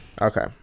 Okay